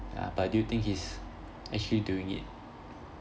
ya but do you think he's actually doing it